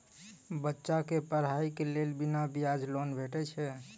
बच्चाक पढ़ाईक लेल बिना ब्याजक लोन भेटै छै?